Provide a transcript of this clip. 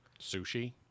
Sushi